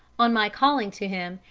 on my calling to him,